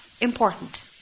important